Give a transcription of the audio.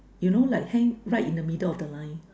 you know like hang right in the middle of the line